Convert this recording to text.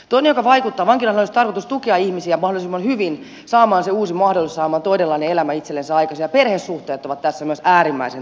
toinen joka vaikuttaa on se että vankiloiden olisi tarkoitus tukea ihmisiä mahdollisimman hyvin saamaan se uusi mahdollisuus saamaan todellinen elämä itsellensä aikaan ja perhesuhteet ovat tässä myös äärimmäisen tärkeitä